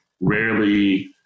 rarely